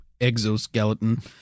exoskeleton